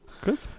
Good